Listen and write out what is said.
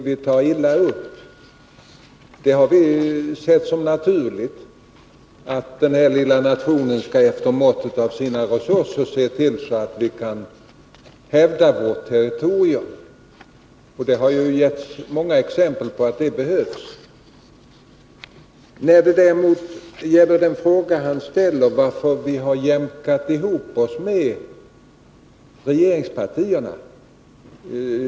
Vi har sett det som naturligt att denna lilla nation efter måttet av sina resurser skall se till att vi kan hävda vårt territorium. Det har getts många exempel på att det behövs. Oswald Söderqvist ställde frågan varför vi har jämkat ihop oss med regeringspartierna.